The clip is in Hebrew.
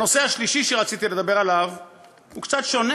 הנושא השלישי שרציתי לדבר עליו הוא קצת שונה,